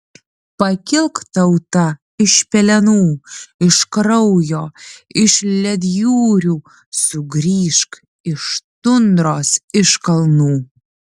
pakilk tauta iš pelenų iš kraujo iš ledjūrių sugrįžk iš tundros iš kalnų